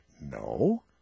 No